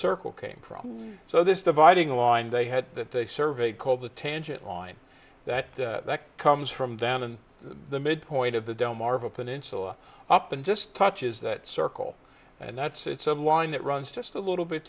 circle came from so this dividing line they had that they surveyed called the tangent line that comes from down in the midpoint of the delmarva peninsula up and just touches that circle and that's it's a line that runs just a little bit